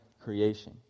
creation